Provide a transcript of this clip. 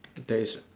there is